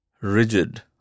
rigid